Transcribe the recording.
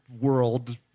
world